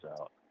out